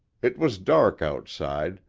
it was dark outside,